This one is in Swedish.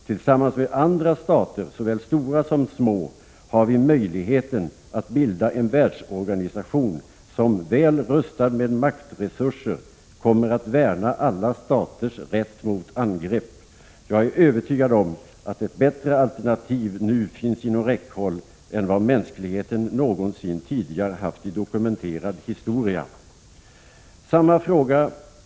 Tillsammans med andra stater, såväl stora som små, har vi möjligheten att bilda en världsorganisation som, väl utrustad med maktresurser, kommer att värna alla staters rätt mot angrepp. Jag är övertygad om att ett bättre alternativ nu finns inom räckhåll än vad mänskligheten någonsin tidigare haft i dokumenterad historia.